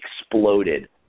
exploded